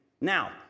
Now